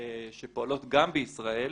שפועלות גם בישראל